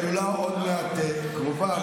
ההילולה עוד מעט קרובה,